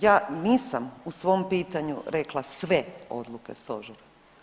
Ja nisam u svom pitanju rekla sve odluke stožera.